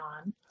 on